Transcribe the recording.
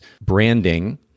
branding